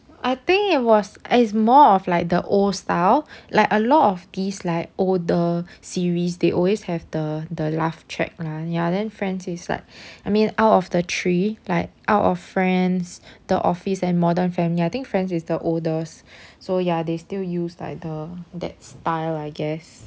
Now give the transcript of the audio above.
I think it was is more of like the old style like a lot of these like older series they always have the the laugh track lah ya then friends is like I mean out of the three like out of friends the office and modern family I think friends is the oldest so ya they still use like the that style I guess